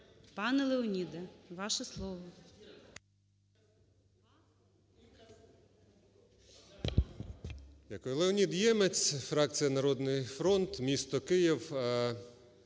пане Леоніде, ваше слово.